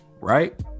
right